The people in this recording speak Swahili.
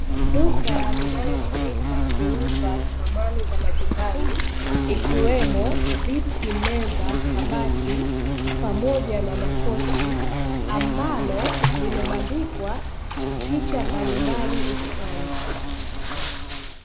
Duka linalotumika kuuza samani za majumbani ikiwemo viti, meza, kabati pamoja na makochi, ambalo limebandikwa picha mbalimbali ukutani.